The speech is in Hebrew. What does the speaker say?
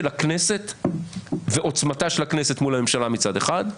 הכנסת ועוצמתה של הכנסת מול הממשלה מצד אחד,